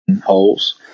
holes